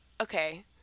okay